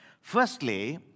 Firstly